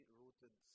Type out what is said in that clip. rooted